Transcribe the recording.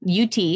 UT